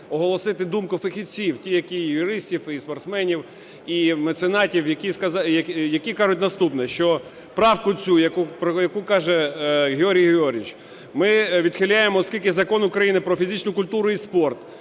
оголосити думку фахівців, і юристів, і спортсменів, і меценатів, які кажуть наступне. Що правку цю, про яку каже Георгій Георгійович, ми відхиляємо, оскільки Закон України "Про фізичну культуру і спорт",